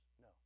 No